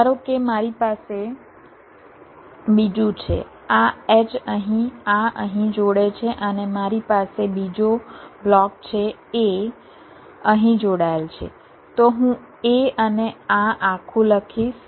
ધારો કે મારી પાસે બીજું છે આ H અહીં આ અહીં જોડે છે અને મારી પાસે બીજો બ્લોક છે a અહીં જોડાયેલ છે તો હું a અને આ આખું લખીશ